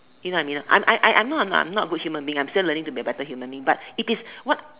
you know what I mean not I I I know I'm not I'm not a good human being I'm still learning to be a better human but it is what